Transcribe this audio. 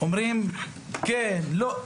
אומרים: כן, לא.